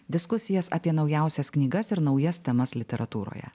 diskusijas apie naujausias knygas ir naujas temas literatūroje